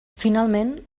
finalment